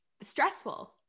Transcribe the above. Stressful